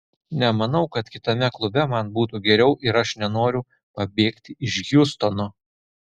nemanau kad kitame klube man būtų geriau ir aš nenoriu pabėgti iš hjustono